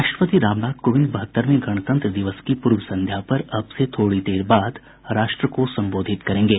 राष्ट्रपति रामनाथ कोविंद बहत्तरवें गणतंत्र दिवस की पूर्व संध्या पर अब से थोड़ी देर बाद राष्ट्र को संबोधित करेंगे